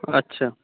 আচ্ছা